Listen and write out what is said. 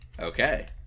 Okay